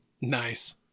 Nice